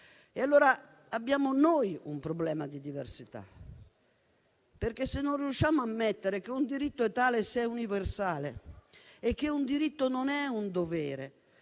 allora ad avere un problema di diversità perché, se non riusciamo ad ammettere che un diritto è tale se è universale e che un diritto non è un dovere,